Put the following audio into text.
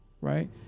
Right